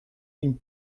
une